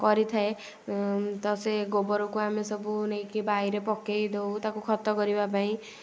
କରିଥାଏ ତ ସେ ଗୋବରକୁ ଆମେ ସବୁ ନେଇକି ବାଇରେ ପକେଇଦେଉ ତାକୁ ଖତ କରିବା ପାଇଁ